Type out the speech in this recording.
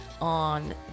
on